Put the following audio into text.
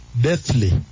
deathly